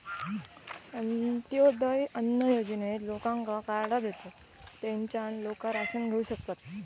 अंत्योदय अन्न योजनेत लोकांका कार्डा देतत, तेच्यान लोका राशन घेऊ शकतत